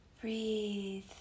Breathe